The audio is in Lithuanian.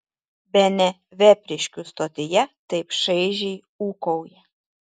bene vepriškių stotyje taip šaižiai ūkauja